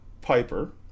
Piper